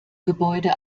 gebäude